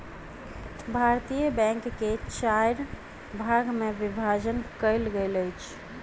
भारतीय बैंक के चाइर भाग मे विभाजन कयल गेल अछि